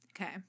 Okay